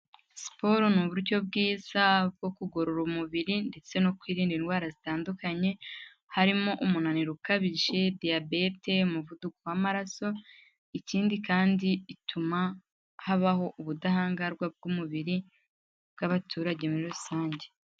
Siporo ni uburyo bwiza bwo kugorora umubiri ndetse no kwirinda indwara zitandukanye, harimo umunaniro ukabije, Diyabete, Umuvuduko w'amaraso, ikindi kandi ituma habaho ubudahangarwa bw'umubiri bw'abaturage muri rusange.